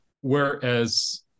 whereas